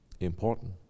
important